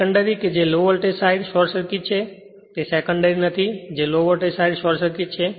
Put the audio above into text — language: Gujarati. સેકન્ડરી કે જે low voltage side short circuit છે તે સેકન્ડરી નથી જે low voltage side short circuit છે